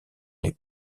les